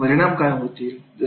त्याचे परिणाम काय होतील